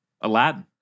Aladdin